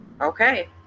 okay